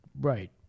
right